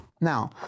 Now